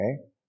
okay